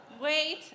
Wait